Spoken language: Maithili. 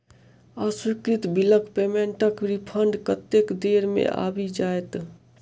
अस्वीकृत बिलक पेमेन्टक रिफन्ड कतेक देर मे आबि जाइत?